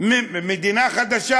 מדינה חדשה.